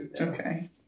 Okay